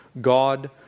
God